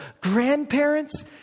grandparents